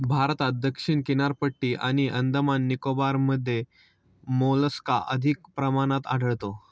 भारतात दक्षिण किनारपट्टी आणि अंदमान निकोबारमध्ये मोलस्का अधिक प्रमाणात आढळतो